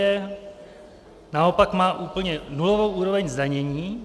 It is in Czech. Belgie naopak má úplně nulovou úroveň zdanění.